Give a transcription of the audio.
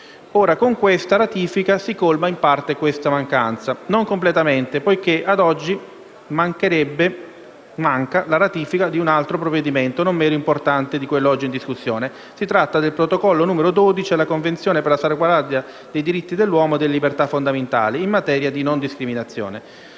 ora con questa ratifica si colma in parte questa mancanza, anche se non completamente poiché, ad oggi, manca la ratifica di un altro provvedimento non meno importante di quelle oggi in discussione: si tratta del Protocollo n. 12 alla Convenzione per la salvaguardia dei diritti dell'uomo e delle libertà fondamentali in materia di non discriminazione.